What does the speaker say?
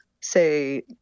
say